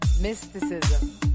Mysticism